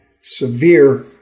severe